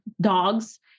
dogs